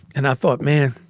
and i thought, man,